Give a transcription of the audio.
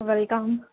welcome